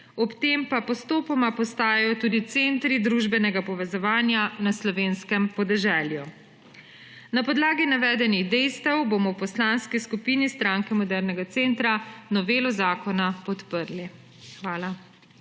ob tem pa postopoma postajajo tudi centri družbenega povezovanja na slovenskem podeželju. Na podlagi navedenih dejstev bomo v Poslanski skupini Stranke modernega centra novelo zakona podprli. Hvala.